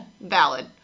valid